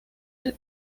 ver